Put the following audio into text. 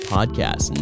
Podcast